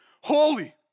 holy